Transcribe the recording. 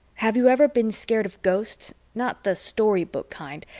have you ever been scared of ghosts not the story-book kind,